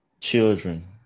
children